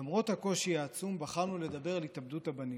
"למרות הקושי העצום בחרנו לדבר על התאבדות הבנים.